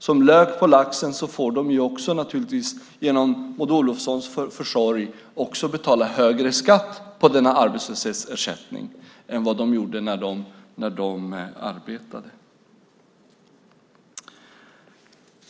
Som lök på laxen får de också, naturligtvis genom Maud Olofssons försorg, betala högre skatt på denna arbetslöshetsersättning än den skatt de betalade när de arbetade.